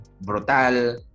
brutal